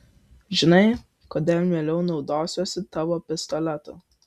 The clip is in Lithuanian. žinai kodėl mieliau naudosiuosi tavo pistoletu